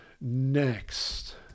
next